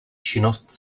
činnost